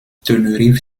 tenerife